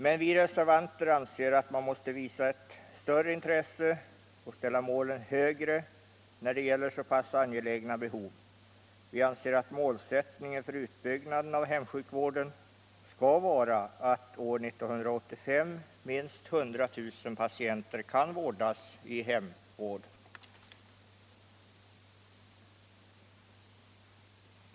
Men vi reservanter anser att man måste visa ett ännu större intresse och ställa målen ännu högre när det gäller så pass angelägna behov. Vi anser att målsättningen för utbyggnaden av hemsjukvården skall vara att år 1985 minst 100 000 patienter kan vårdas i hemmet.